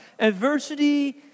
Adversity